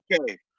Okay